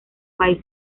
país